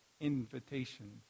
invitation